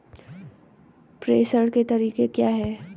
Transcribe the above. प्रेषण के तरीके क्या हैं?